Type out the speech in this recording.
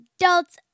adults